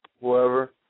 whoever